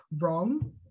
wrong